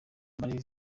marie